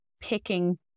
picking